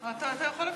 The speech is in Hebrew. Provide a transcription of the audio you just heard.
אתה יכול לפני,